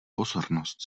pozornost